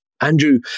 Andrew